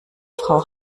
frau